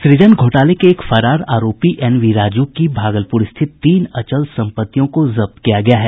सूजन घोटाले के एक फरार आरोपी एनवी राजू की भागलपुर स्थित तीन अचल सम्पत्तियों को जब्त किया गया है